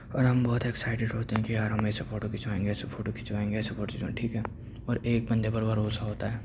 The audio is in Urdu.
اور ہم بہت ایکسائیٹیڈ ہوتے ہیں کہ یار ہم ایسے فوٹو کھنچوائیں گے ایسے فوٹو کھنچوائیں گے ایسے فوٹو کھنچوائیں گے ٹھیک ہے اور ایک بندے پر بھروسہ ہوتا ہے